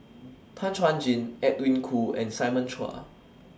Tan Chuan Jin Edwin Koo and Simon Chua